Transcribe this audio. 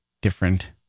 different